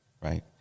right